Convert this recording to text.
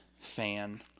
fan